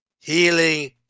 healing